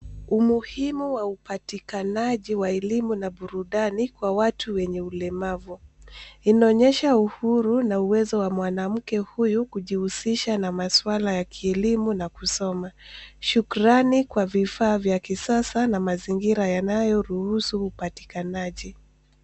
Umuhimu wa upatikanaji wa elimu na burudani kwa watu wenye ulemavu inaonyesha uhuru na uwezo wa mwanamke huyu kujihusisha na maswala ya kielimu na kusoma shukrani kwa vifaa vya kisasa na mazingira yanayoruhusu upatikanaji